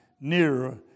nearer